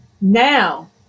now